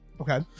Okay